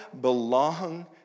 belong